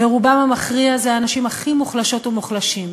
ורובם המכריע הם האנשים הכי מוחלשות ומוחלשים.